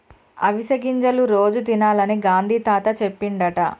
అవిసె గింజలు రోజు తినాలని గాంధీ తాత చెప్పిండట